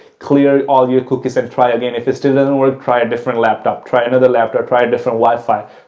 clear all your cookies and try again. if it still doesn't work, try a different laptop, try another laptop, try a different wi fi.